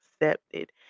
accepted